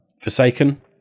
Forsaken